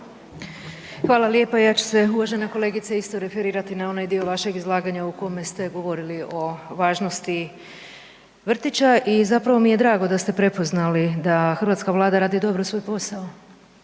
Hvala lijepo. Ja ću se uvažena kolegice isto referirati na onaj dio vašeg izlaganja u kome ste govorili o važnosti vrtića i zapravo mi je drago da ste prepoznali da hrvatska Vlada radi dobro svoj posao